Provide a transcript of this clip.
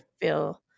feel